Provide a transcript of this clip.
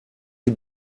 sie